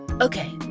Okay